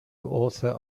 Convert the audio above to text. author